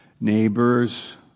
neighbors